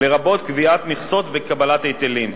לרבות קביעת מכסות וקבלת היטלים.